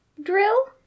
drill